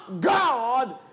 God